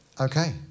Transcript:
Okay